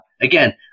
Again